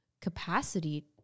capacity